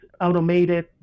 automated